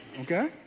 okay